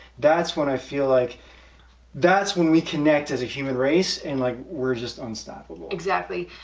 that's when i feel like that's when we connect as a human race, and like we're just unstoppable. exactly,